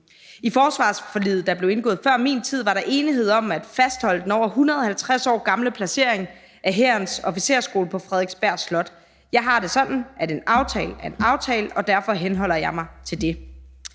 I forsvarsforliget, der blev indgået før min tid, var der enighed om at fastholde den over 150 år gamle placering af Hærens Officersskole på Frederiksberg Slot. Jeg har det sådan, at en aftale er en aftale, og derfor henholder jeg mig til det.